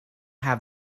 have